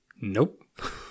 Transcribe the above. Nope